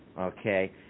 okay